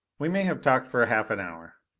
we may have talked for half an hour.